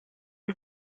you